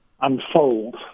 unfold